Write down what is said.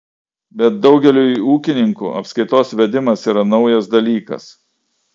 bet daugeliui ūkininkų apskaitos vedimas yra naujas dalykas